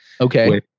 Okay